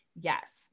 Yes